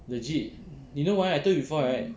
legit you know why I told you before right